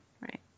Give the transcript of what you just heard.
right